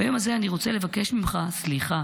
ביום הזה אני רוצה לבקש ממך סליחה,